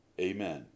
Amen